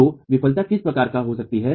तो विफलता किस प्रकार का हो सकती है